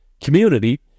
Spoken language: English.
community